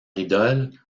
idoles